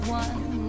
one